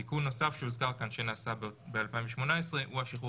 תיקון נוסף שהוזכר כאן שנעשה ב-2018 הוא השחרור